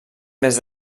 més